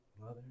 mother